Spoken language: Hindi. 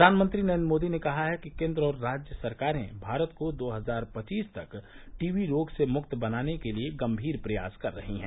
प्रधानमंत्री नरेन्द्र मोदी ने कहा है कि केन्द्र और राज्य सरकारें भारत को दो हजार पच्चीस तक टी बी रोग से मुक्त बनाने के लिए गंभीर प्रयास कर रही हैं